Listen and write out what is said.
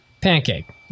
Pancake